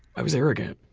i was arrogant.